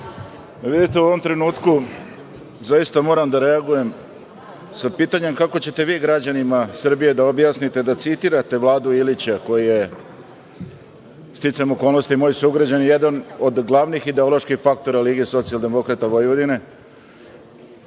u ovom trenutku, zaista moram da reagujem sa pitanjem kako ćete vi građanima Srbije da objasnite da citirate Vladu Ilića koji sticajem okolnosti moj sugrađanin, jedan od glavnih ideoloških faktora LSV, koga podržavate